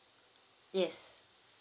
yes